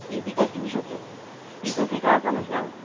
EC कर्तुं शक्यते इतोपि का समस्या